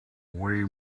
way